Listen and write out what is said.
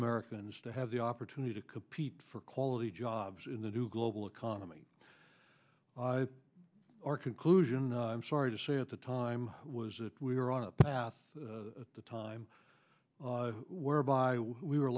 americans to have the opportunity to compete for quality jobs in the new global economy that our conclusion i'm sorry to say at the time was that we were on a path at the time whereby we were